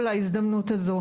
מתאחד מסביב לזה.